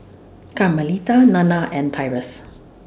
Carmelita Nanna and Tyrus